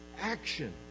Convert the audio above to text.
action